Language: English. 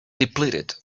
depleted